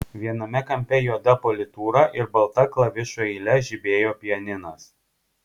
viename kampe juoda politūra ir balta klavišų eile žibėjo pianinas